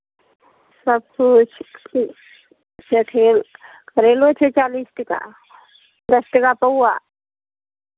सभकिछउ चठैल करैलो छै चालीस टाका दस टाका पौआ